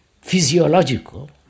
physiological